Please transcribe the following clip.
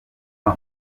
aba